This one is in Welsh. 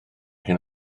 hyn